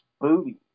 Booty